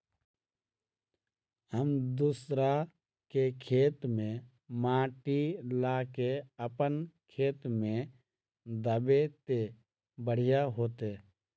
हम दूसरा के खेत से माटी ला के अपन खेत में दबे ते बढ़िया होते?